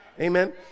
Amen